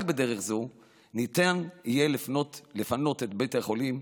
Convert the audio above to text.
רק בדרך זו ניתן יהיה לפנות את בתי החולים,